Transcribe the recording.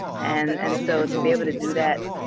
and and, so, to be able to do that,